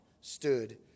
stood